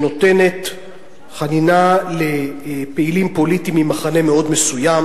שנותנת חנינה לפעילים פוליטיים ממחנה מאוד מסוים,